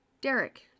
Derek